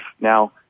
now